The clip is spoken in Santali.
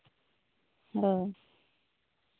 ᱦᱳᱭ